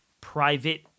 private